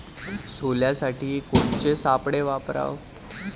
सोल्यासाठी कोनचे सापळे वापराव?